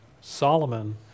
Solomon